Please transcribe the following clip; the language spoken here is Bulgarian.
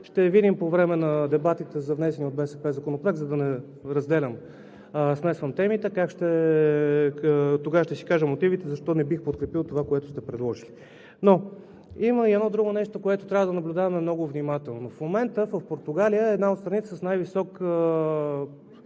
Ще видим по време на дебатите по внесения от БСП законопроект, за да не смесвам темите, и тогава ще си кажа мотивите защо не бих подкрепил това, което сте предложили. Но има и едно друго нещо, което трябва да наблюдаваме много внимателно. В момента Португалия е една от страните с най-силни